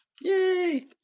Yay